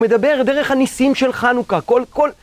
מדבר דרך הניסים של חנוכה